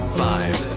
five